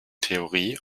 theorie